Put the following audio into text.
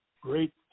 great